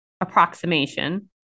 approximation